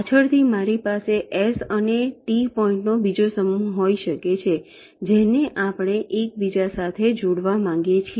પાછળથી મારી પાસે S અને T પોઈન્ટનો બીજો સમૂહ હોઈ શકે છે જેને આપણે એકબીજા સાથે જોડવા માંગીએ છીએ